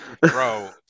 Bro